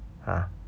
!huh!